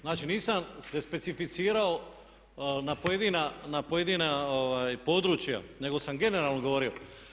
Znači, nisam se specificirao na pojedina područja nego sam generalno govorio.